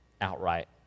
outright